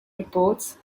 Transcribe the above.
reports